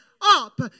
up